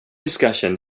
discussion